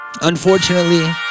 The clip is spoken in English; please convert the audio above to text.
unfortunately